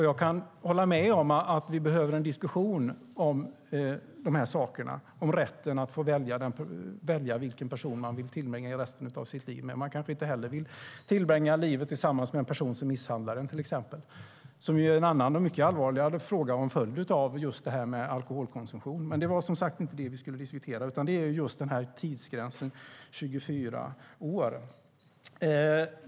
Jag kan hålla med om att vi behöver en diskussion om de här sakerna, om rätten att få välja vilken person man vill tillbringa resten av sitt liv med. Man kanske inte heller vill tillbringa livet tillsammans med till exempel en person som misshandlar en. Det är en annan och mycket allvarligare fråga och en följd av just det här med alkoholkonsumtion. Men det är som sagt inte det vi ska diskutera, utan det är tidsgränsen 24 år.